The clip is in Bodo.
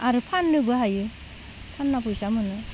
आरो फाननोबो हायो फानना फैसा मोनो